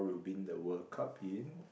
win the World Cup in